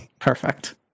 perfect